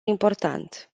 important